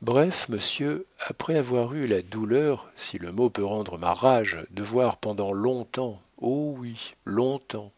bref monsieur après avoir eu la douleur si le mot peut rendre ma rage de voir pendant long-temps oh oui long-temps